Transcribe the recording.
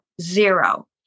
zero